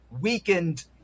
weakened